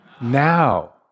Now